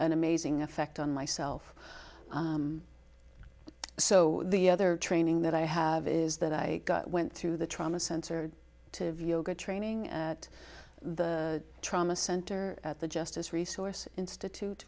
an amazing effect on myself so the other training that i have is that i went through the trauma center to yoga training at the trauma center at the justice resource institute